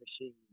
machine